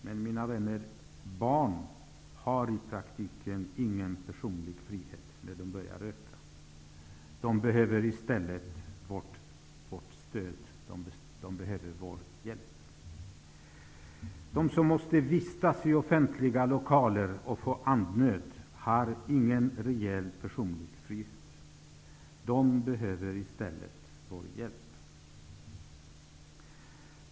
Men, mina vänner, barn har i praktiken ingen personlig frihet när de börjar röka. De behöver i stället vårt stöd och vår hjälp. De som måste vistas i offentliga lokaler och som får andnöd har ingen reell personlig frihet. De behöver i stället vår hjälp.